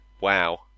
Wow